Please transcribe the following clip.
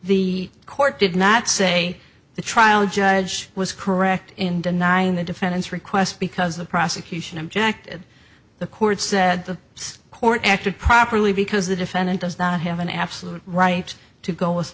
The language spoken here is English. the court did not say the trial judge was correct in denying the defendant's request because the prosecution objected the court said the court acted properly because the defendant does not have an absolute right to go with